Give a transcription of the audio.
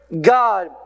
God